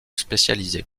spécialisée